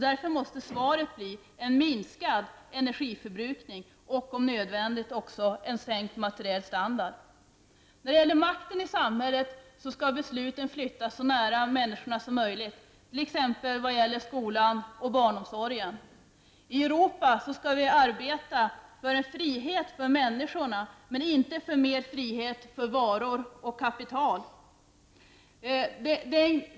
Därför måste svaret bli en minskad energiförbrukning och, om nödvändigt, också en sänkt materiell standard. När det gäller makten i samhället skall besluten flyttas så nära människorna som möjligt, t.ex. i fråga om skolan och barnomsorgen. I Europa skall vi arbeta för en frihet för människorna, inte för ökad frihet för varor och kapital.